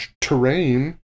terrain